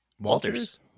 Walters